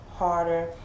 Harder